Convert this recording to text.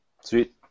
Sweet